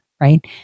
right